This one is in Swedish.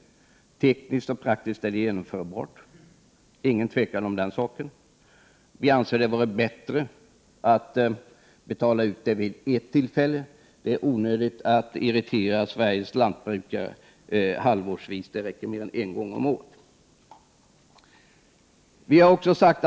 Det är tekniskt och praktiskt genomförbart. Det är inget tvivel om den saken. Vi anser att det är bättre än att irritera Sveriges lantbrukare halvårsvis. Det räcker att göra det en gång om året.